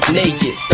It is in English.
naked